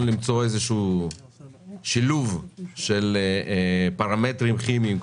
למצוא איזשהו שילוב של פרמטרים כימיים,